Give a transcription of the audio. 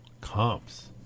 Comps